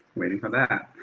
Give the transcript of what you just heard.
waiting for that.